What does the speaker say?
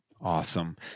Awesome